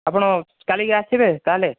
ଆପଣ କାଲିକି ଆସିବେ ତାହାଲେ